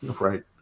Right